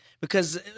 because-